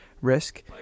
risk